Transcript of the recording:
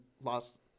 lost